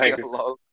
hello